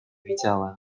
widziałem